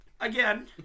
Again